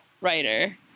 writer